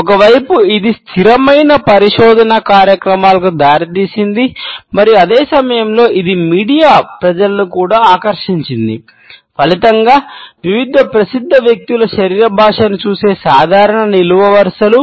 ఒక వైపు ఇది స్థిరమైన పరిశోధనా కార్యక్రమాలకు దారితీసింది మరియు అదే సమయంలో ఇది మీడియా ప్రజలను కూడా ఆకర్షించింది ఫలితంగా వివిధ ప్రసిద్ధ వ్యక్తుల శరీర భాషను చూసే సాధారణ నిలువు వరుసలు